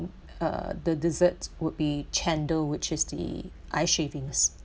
uh the dessert would be chendol which is the ice shavings